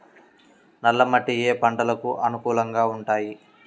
నల్ల మట్టి ఏ ఏ పంటలకు అనుకూలంగా ఉంటాయి?